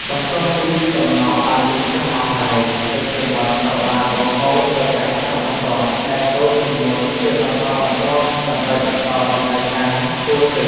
បន្ទាប់ពីកំណកបានលិចចុះអស់ហើយ ទឹកសមុទ្រត្រូវបានបង្ហូរទៅកាន់ស្រះបន្ទាប់ដែលតូចជាងមុនជាបន្តបន្ទាប់ដើម្បីបន្តដំណើរការហួតទឹក។